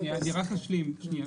אני רק אשלים.